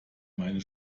meine